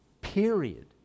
Period